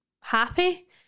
happy